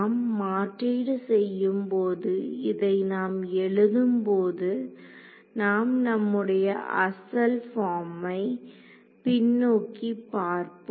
நாம் மாற்றீடு செய்யும் போது இதை நாம் எழுதும் போது நாம் நம்முடைய ஆசல் பார்மை பின்னோக்கிப் பார்ப்போம்